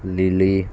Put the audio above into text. lily